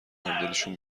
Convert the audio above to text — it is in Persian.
همدلیشون